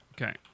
Okay